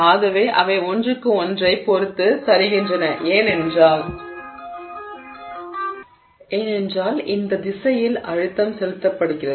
ஆகவே அவை ஒன்றிற்கு ஒன்றைப் பொருத்து சரிகின்றன ஏனென்றால் இந்த திசையில் அழுத்தம் செலுத்தப்படுகிறது